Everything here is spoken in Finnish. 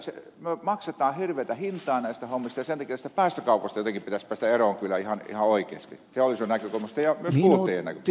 me maksamme hirveätä hintaa näistä hommista ja sen takia tästä päästökaupasta pitäisi jotenkin päästä eroon kyllä ihan oikeasti teollisuuden näkökulmasta ja myös kuluttajien näkökulmasta